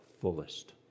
Fullest